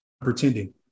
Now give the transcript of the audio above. pretending